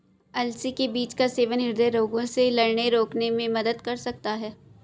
अलसी के बीज का सेवन हृदय रोगों से लड़ने रोकने में मदद कर सकता है